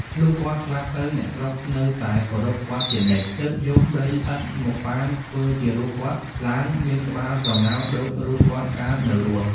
លុះគាត់ស្លាប់ទៅ អ្នកស្រុកនៅតែគោរពគាត់ជានិច្ច ទើបយកដីឥដ្ឋមកប៉ាន់ធ្វើជារូបគាត់ឡើង មានក្បាលត្រងោលដូចរូបគាត់កាលនៅរស់។